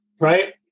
right